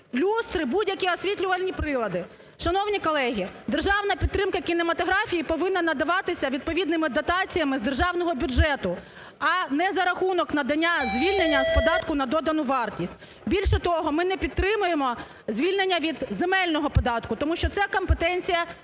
люстри, будь-які освітлювальні прилади. Шановні колеги, державна підтримка кінематографії повинна надаватися відповідними дотаціями з державного бюджету, а не за рахунок надання звільнення з податку на додану вартість. Більше того, ми не підтримуємо звільнення від земельного податку. Тому що це компетенція місцевих